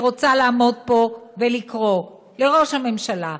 אני רוצה לעמוד פה ולקרוא לראש הממשלה,